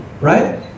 Right